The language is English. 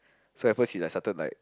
so at first she started like